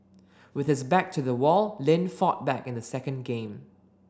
with his back to the wall Lin fought back in the second game